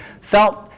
felt